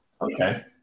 Okay